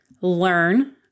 Learn